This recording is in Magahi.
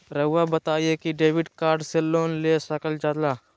रहुआ बताइं कि डेबिट कार्ड से लोन ले सकल जाला?